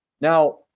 Now